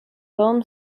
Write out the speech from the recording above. film